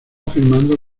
firmando